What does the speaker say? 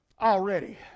already